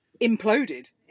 imploded